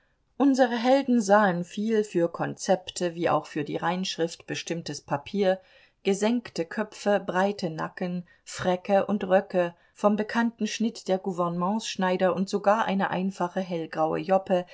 unsere helden sahen viel für konzepte wie auch für die reinschrift bestimmtes papier gesenkte köpfe breite nacken fräcke und röcke vom bekannten schnitt der gouvernementschneider und sogar eine einfache hellgraue joppe